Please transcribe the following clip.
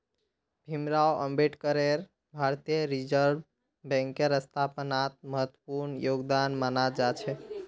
भीमराव अम्बेडकरेर भारतीय रिजर्ब बैंकेर स्थापनात महत्वपूर्ण योगदान माना जा छे